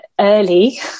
early